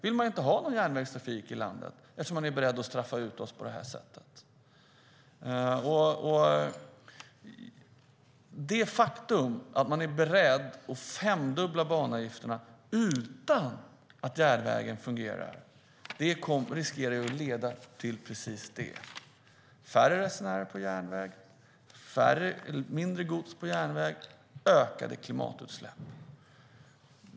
Vill man inte ha någon järnvägstrafik i landet eftersom man är beredd att straffa ut Tågkompaniet på det här sättet? Det faktum att man är beredd att femdubbla banavgifterna utan att se till att järnvägen fungerar riskerar att leda till precis det. Det blir färre resenärer på järnväg, mindre gods på järnväg och ökade klimatutsläpp.